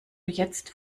jetzt